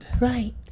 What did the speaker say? Right